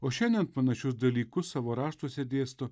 o šiandien panašius dalykus savo raštuose dėsto